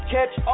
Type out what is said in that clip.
Catch